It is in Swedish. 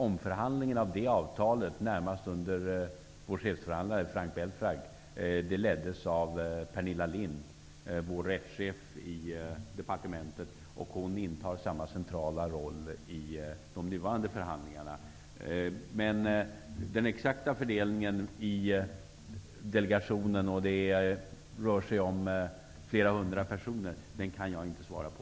Omförhandlingarna av EES-avtalet leddes närmast under vår chefsförhandlare Frank Belfrage av Hon intar samma centrala roll i de nuvarande förhandlingarna. Men frågan om den exakta fördelningen i delegationen, som består av flera hundra personer, kan jag inte svara på.